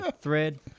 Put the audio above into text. thread